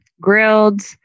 grilled